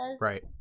Right